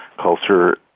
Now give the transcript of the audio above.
culture